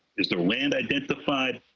is there land identified?